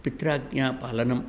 पित्राज्ञापालनं